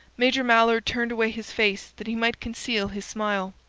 major mallard turned away his face that he might conceal his smile,